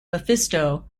mephisto